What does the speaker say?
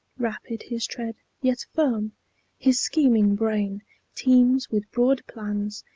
rapid his tread, yet firm his scheming brain teems with broad plans,